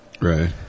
Right